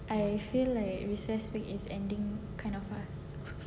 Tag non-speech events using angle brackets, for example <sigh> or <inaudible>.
ya <noise> I feel like recess week is ending kind of fast